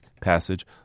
Passage